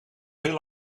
heel